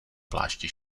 pláště